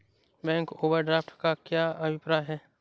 Bank overdraft का क्या अभिप्राय है?